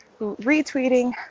retweeting